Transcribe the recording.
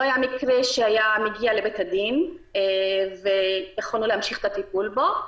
לא היה מקרה שהיה מגיע לבית הדין ויכולנו להמשיך את הטיפול בו.